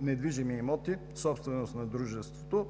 недвижими имоти собственост на дружеството,